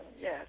yes